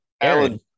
Aaron